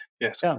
yes